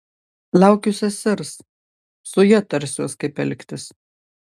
laukiu sesers su ja tarsiuos kaip elgtis